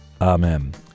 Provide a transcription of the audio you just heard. Amen